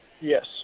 Yes